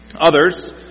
Others